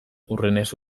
hurrenez